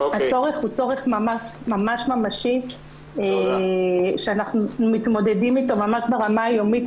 הצורך הוא צורך ממשי שאנחנו מתמודדים איתו ממש ברמה היומית.